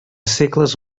segles